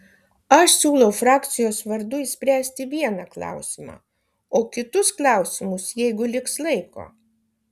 aš siūlau frakcijos vardu išspręsti vieną klausimą o kitus klausimus jeigu liks laiko